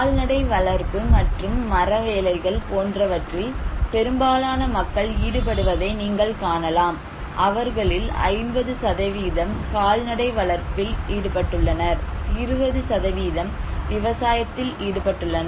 கால்நடை வளர்ப்பு மற்றும் மர வேலைகள் போன்றவற்றில் பெரும்பாலான மக்கள் ஈடுபடுவதை நீங்கள் காணலாம் அவர்களில் 50 கால்நடை வளர்ப்பில் ஈடுபட்டுள்ளனர் 20 விவசாயத்தில் ஈடுபட்டுள்ளனர்